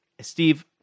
Steve